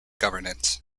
governance